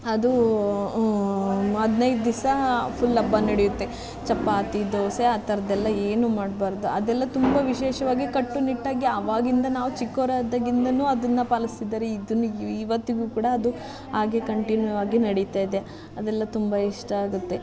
ಅದು ಹದಿನೈದು ದಿವಸ ಫುಲ್ ಹಬ್ಬ ನಡೆಯುತ್ತೆ ಚಪಾತಿ ದೋಸೆ ಆ ಥರದ್ದೆಲ್ಲ ಏನು ಮಾಡ್ಬಾರ್ದು ಅದೆಲ್ಲ ತುಂಬ ವಿಶೇಷವಾಗಿ ಕಟ್ಟು ನಿಟ್ಟಾಗಿ ಆವಾಗಿಂದ ನಾವು ಚಿಕ್ಕವರಾದಾಗಿಂದಲೂ ಅದನ್ನು ಪಾಲಿಸ್ತಿದ್ದಾರೆ ಇದನ್ನ ಇವತ್ತಿಗೂ ಕೂಡ ಅದು ಹಾಗೆ ಕಂಟಿನ್ಯೂ ಹಾಗೇ ನಡೀತಾಯಿದೆ ಅದೆಲ್ಲ ತುಂಬ ಇಷ್ಟ ಆಗುತ್ತೆ